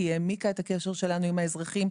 כי היא העמיקה את הקשר שלנו עם האזרחים,